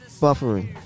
Buffering